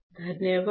धन्यवाद